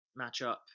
matchup